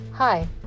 Hi